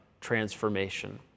transformation